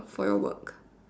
for your work